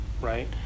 right